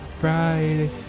Friday